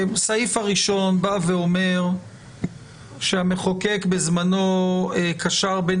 הסעיף הראשון אומר שהמחוקק בזמנו קשר בין